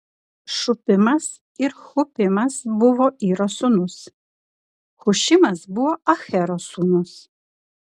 šupimas ir hupimas buvo iro sūnūs hušimas buvo ahero sūnus